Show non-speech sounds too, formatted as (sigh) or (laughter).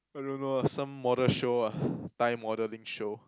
I don't know some model show ah (breath) Thai modelling show